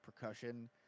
percussion